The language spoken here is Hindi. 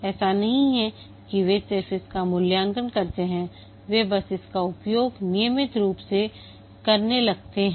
ऐसा नहीं है कि वे सिर्फ इसका मूल्यांकन करते हैं वे बस इसका उपयोग नियमित रूप से करने लगते हैं